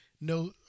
no